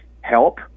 help